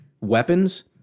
weapons